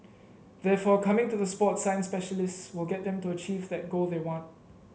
therefore coming to the sport science specialists will get them to achieve that goal they want